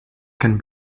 can